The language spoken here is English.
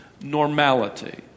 normality